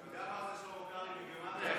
אתה יודע מה זה שלמה קרעי בגימטרייה,